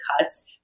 cuts